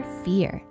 fear